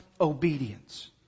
obedience